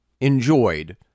enjoyed